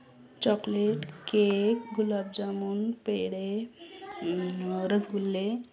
chocolate cake gulab jamun पेडे रसगुल्ले